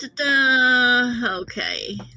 Okay